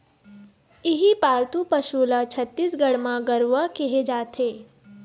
इहीं पालतू पशु ल छत्तीसगढ़ म गरूवा केहे जाथे